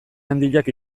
handiak